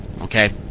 okay